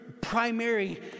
primary